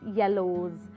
yellows